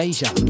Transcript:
Asia